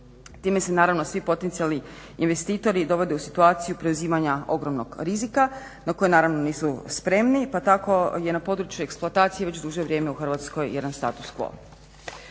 Time se naravno svi potencijalni investitori dovode u situaciju preuzimanja ogromnog rizika na koji naravno nisu spremni, pa tako je na području eksploatacije već duže vrijeme u Hrvatskoj jedan status quo.